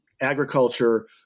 agriculture